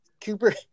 Cooper